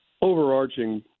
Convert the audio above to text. overarching